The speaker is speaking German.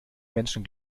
menschen